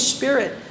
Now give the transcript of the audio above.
Spirit